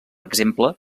exemple